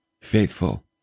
faithful